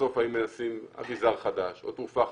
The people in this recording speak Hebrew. בסוף אם מנסים אביזר חדש או תרופה חדשה,